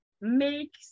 make